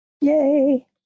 Yay